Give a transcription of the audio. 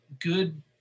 good